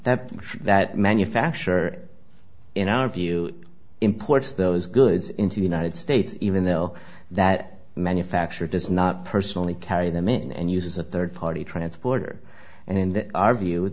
that that manufacturer in our view imports those goods into the united states even though that manufacture does not personally carry them in and uses a third party transporter and in our view